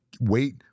wait